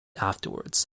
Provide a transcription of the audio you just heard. afterward